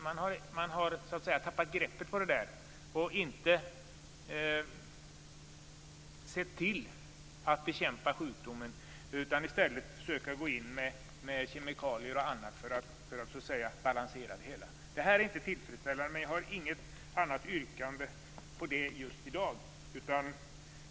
Man har så att säga tappat greppet, inte sett till att bekämpa sjukdomen utan i stället försökt gå in med kemikalier och annat för att balansera det hela. Det här är inte tillfredsställande. Jag har dock inget yrkande om detta i dag.